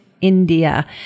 India